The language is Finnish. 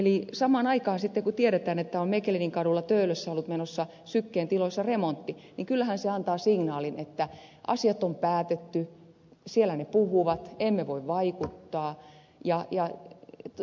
kun samaan aikaan tiedetään että mechelininkadulla töölössä on ollut menossa syken tiloissa remontti niin kyllähän se antaa sellaisen signaalin että asiat on päätetty siellä ne puhuvat emme voi vaikuttaa